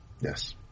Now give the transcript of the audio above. Yes